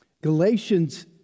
Galatians